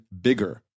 bigger